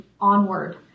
onward